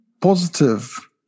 positive